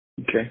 Okay